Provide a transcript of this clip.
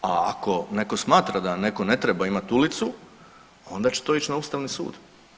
A ako netko smatra da netko ne treba imati ulicu onda će to ići na Ustavni sud.